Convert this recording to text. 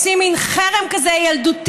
עושים מין חרם כזה ילדותי.